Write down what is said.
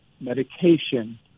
medication